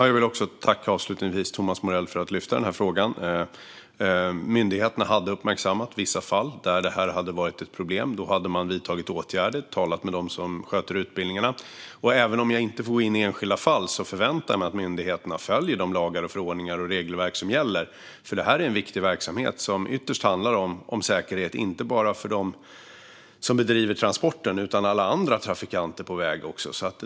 Fru talman! Jag vill avslutningsvis tacka Thomas Morell för att han har lyft frågan. Myndigheterna hade uppmärksammat vissa fall där det hade varit ett problem, och man hade vidtagit åtgärder och talat med dem som sköter utbildningarna. Även om jag inte får gå in på enskilda fall förväntar jag mig att myndigheterna följer de lagar, förordningar och regelverk som gäller. Det här är viktig verksamhet som ytterst handlar om säkerhet, inte bara för dem som bedriver transporten utan även för alla andra trafikanter på vägen.